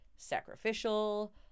Sacrificial